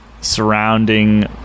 surrounding